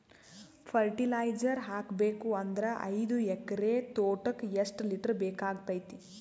Fertiliser ಹಾಕಬೇಕು ಅಂದ್ರ ಐದು ಎಕರೆ ತೋಟಕ ಎಷ್ಟ ಲೀಟರ್ ಬೇಕಾಗತೈತಿ?